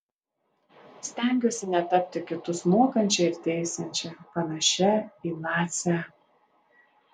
stengiuosi netapti kitus mokančia ir teisiančia panašia į nacę